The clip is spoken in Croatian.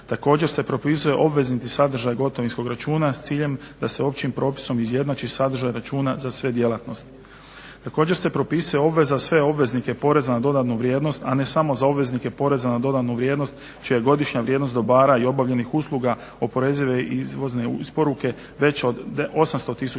Također se propisuje obvezni sadržaj gotovinskog računa s ciljem da se općim propisom izjednači sadržaj računa za sve djelatnosti. Također se propisuje obveza sve obveznike poreza na dodanu vrijednost, a ne samo za obveznike poreza na dodanu vrijednost čija je godišnja vrijednost dobara i obavljenih usluga oporezive izvozne isporuke već od 800000